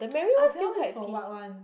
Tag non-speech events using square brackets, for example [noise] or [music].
[noise] Ah Val is for what one